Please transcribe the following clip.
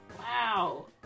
Wow